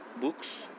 books